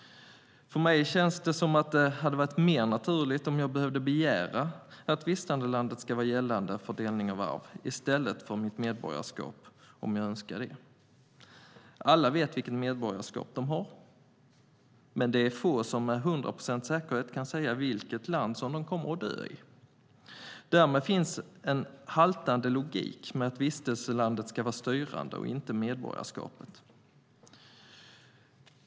För mig känns det som det hade varit mer naturligt om jag behövde begära att vistandelandet ska vara gällande för delning av arv i stället för mitt medborgarskap, om jag önskar det. Alla vet vilket medborgarskap de har, men det är få som med hundra procents säkerhet kan säga vilket land de kommer att dö i. Därmed finns en haltande logik med att vistelselandet ska vara styrande och inte medborgarskapet.